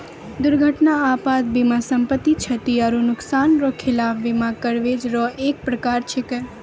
दुर्घटना आपात बीमा सम्पति, क्षति आरो नुकसान रो खिलाफ बीमा कवरेज रो एक परकार छैकै